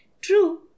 true